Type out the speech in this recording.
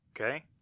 okay